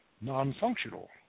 non-functional